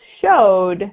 showed